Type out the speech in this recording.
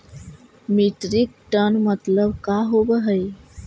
Metric ton मतलब का होव हइ?